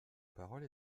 parole